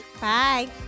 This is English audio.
bye